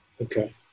okay